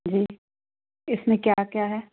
जी इसमें क्या क्या है